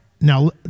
Now